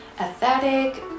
aesthetic